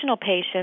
patients